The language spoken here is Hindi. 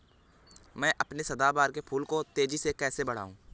मैं अपने सदाबहार के फूल को तेजी से कैसे बढाऊं?